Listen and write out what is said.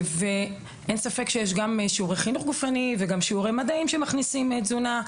אין ספק שיש גם שיעורי חינוך גופני וגם שיעורי מדעים שמכניסים תזונה,